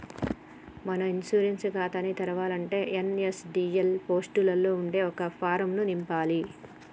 మనం ఇన్సూరెన్స్ ఖాతాని తెరవాలంటే ఎన్.ఎస్.డి.ఎల్ పోర్టులలో ఉండే ఒక ఫారం ను నింపాలి